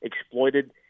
exploited